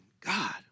God